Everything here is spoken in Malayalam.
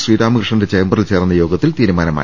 ശ്രീരാമ കൃഷ്ണന്റെ ചേമ്പറിൽ ചേർന്ന യോഗത്തിൽ തീരുമാനമായി